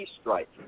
strike